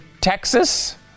texas